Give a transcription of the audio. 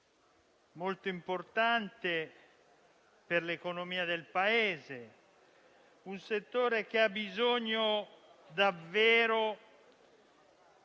molto importante per l'economia del Paese, un settore che ha bisogno davvero di